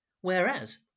whereas